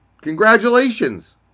Congratulations